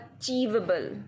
achievable